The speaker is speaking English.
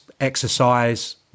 exercise